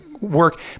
work